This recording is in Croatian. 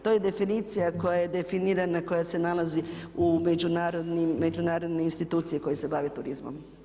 To je definicija koja je definirana, koja s nalazi u međunarodne institucije koje se bave turizmom.